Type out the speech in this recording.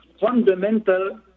fundamental